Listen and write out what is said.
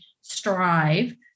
strive